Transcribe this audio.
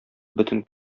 бөтен